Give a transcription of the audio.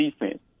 defense